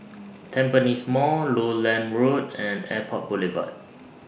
Tampines Mall Lowland Road and Airport Boulevard